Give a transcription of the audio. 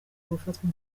gufatwa